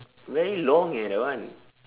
very long eh that one